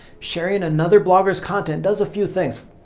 sharing another blogger's content does a few things.